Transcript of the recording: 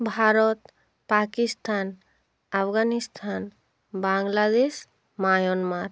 Bharat Pakistan Afghanistan Bangladesh Myanmar